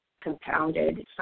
compounded